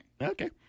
Okay